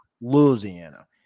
Louisiana